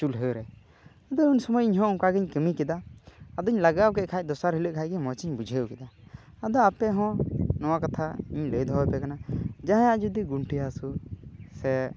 ᱪᱩᱞᱦᱟᱹ ᱨᱮ ᱟᱫᱚ ᱩᱱ ᱥᱚᱢᱚᱭ ᱤᱧ ᱦᱚᱸ ᱚᱱᱠᱟᱜᱤᱧ ᱠᱟᱹᱢᱤ ᱠᱮᱫᱟ ᱟᱫᱚᱧ ᱞᱟᱜᱟᱣ ᱠᱮᱫ ᱠᱷᱟᱡ ᱫᱚᱥᱟᱨ ᱦᱤᱞᱟᱹᱜ ᱠᱷᱟᱡ ᱜᱮ ᱢᱚᱪᱤᱧ ᱵᱩᱡᱷᱟᱹᱣ ᱠᱮᱫᱟ ᱟᱫᱚ ᱟᱯᱮ ᱦᱚᱸ ᱱᱚᱣᱟ ᱠᱟᱛᱷᱟ ᱤᱧ ᱞᱟᱹᱭ ᱫᱚᱦᱚᱯᱮ ᱠᱟᱱᱟ ᱡᱟᱦᱟᱸᱭᱟᱜ ᱡᱩᱫᱤ ᱜᱩᱱᱴᱷᱤ ᱦᱟᱹᱥᱩ ᱥᱮ